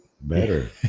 better